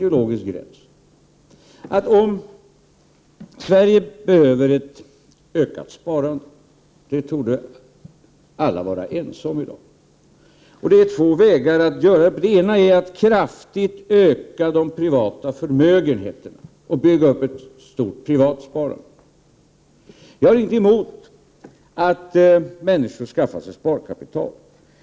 Om Sverige behöver ett ökat sparande — och det torde alla vara ense om i dag — finns det två vägar att gå. Här går en klar ideologisk gräns. Den ena vägen man kan gå är via en kraftig ökning av de privata förmögenheterna, genom att man bygger upp ett stort privat sparande. Jag har inget emot att människor skaffar sig sparkapital.